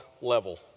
level